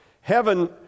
Heaven